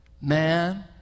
Man